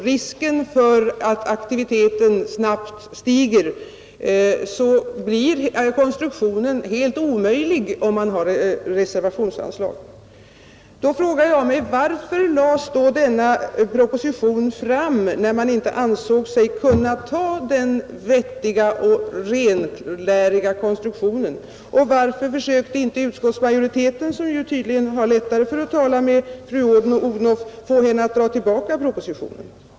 Risken för att aktiviteten snabbt stiger gör konstruktionen med reservationsanslag helt omöjlig, anser han, Då frågar jag mig varför denna proposition lades fram när man inte ansåg sig kunna ta den vettiga och renläriga konstruktionen, och varför försökte inte utskottsmajoriteten, som tydligen har lättare att tala med fru Odhnoff, få henne att dra tillbaka propositionen?